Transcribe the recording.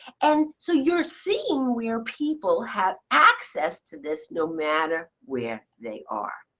and so you're seeing where people have access to this no matter where they are.